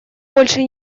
больше